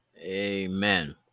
Amen